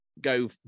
go